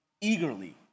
eagerly